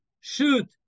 Shoot